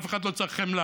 אף אחד לא צריך חמלה.